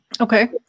Okay